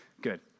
good